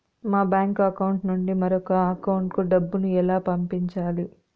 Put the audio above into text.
మా bank account నుండి మరొక అకౌంట్ కు డబ్బును ఎలా పంపించాలి